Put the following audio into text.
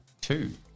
Two